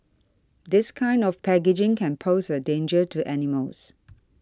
this kind of packaging can pose a danger to animals